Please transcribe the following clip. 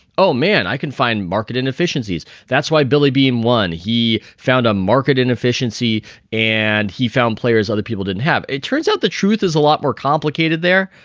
oh man, i can find market inefficiencies. that's why billy beane won. he found a market inefficiency and he found players other people didn't have. it turns out the truth is a lot more complicated there.